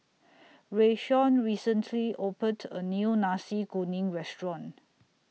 Rayshawn recently opened A New Nasi Kuning Restaurant